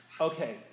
okay